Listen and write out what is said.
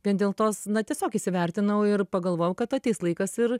vien dėl tos na tiesiog įsivertinau ir pagalvojau kad ateis laikas ir